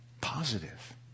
positive